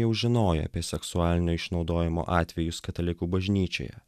jau žinojo apie seksualinio išnaudojimo atvejus katalikų bažnyčioje